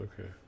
okay